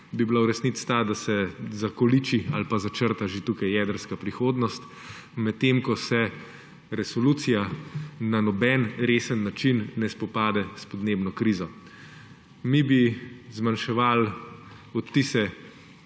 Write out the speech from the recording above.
bi bila v resnici ta, da se zakoliči ali pa začrta že tu jedrska prihodnost, medtem ko se resolucija na noben resen način ne spopada s podnebno krizo. Mi bi zmanjševali odtise